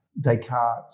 Descartes